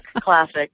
classic